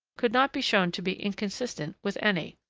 could not be shown to be inconsistent with any.